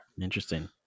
interesting